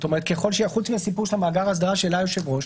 חוץ מהסיפור של מאגר האסדרה שהעלה היושב-ראש,